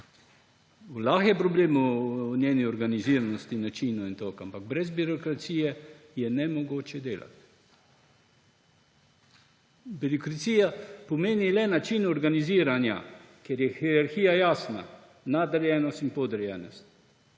je problem v njeni organiziranosti, načinu in tako, ampak brez birokracije je nemogoče delati. Birokracija pomeni le način organiziranja, kjer je hierarhija jasna, nadrejenost in podrejenost.